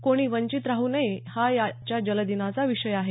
कोणी वंचित राहू नये हा आजच्या जलदिनाचा विषय आहे